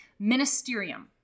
ministerium